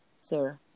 sir